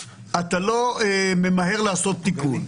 אתה לא ממהר לעשות תיקון.